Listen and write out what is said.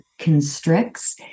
constricts